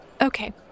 Okay